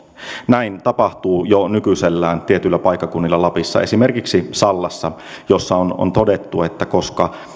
näin tapahtuu jo nykyisellään tietyillä paikkakunnilla lapissa esimerkiksi sallassa jossa on on todettu että koska